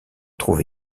trouve